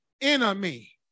enemy